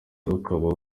ukaba